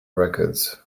records